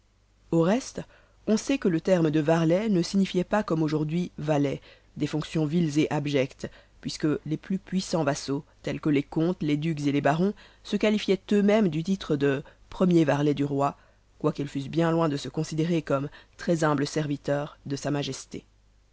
au reste on sait que le terme de varlet ne signifiait pas comme aujourd'hui valet des fonctions viles et abjectes puisque les plus puissans vassaux tels que les comtes les ducs et les barons se qualifiaient eux-mêmes du titre de premier varlet du roi quoiqu'ils fussent bien loin de se considérer comme très humbles serviteurs de sa majesté